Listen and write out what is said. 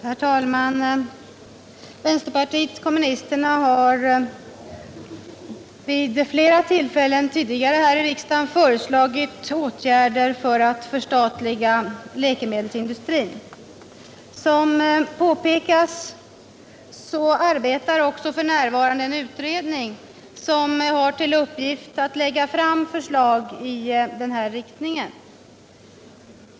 Herr talman! Vänsterpartiet kommunisterna har tidigare vid flera tillfällen här i riksdagen föreslagit åtgärder för ett förstatligande av läkemedelsindustrin. Som förut påpekats arbetar f. n. en utredning som har till uppgift att lägga fram förslag i denna riktning.